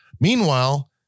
Meanwhile